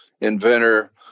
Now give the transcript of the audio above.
inventor